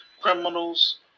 criminals